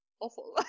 awful